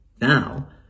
Now